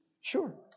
Sure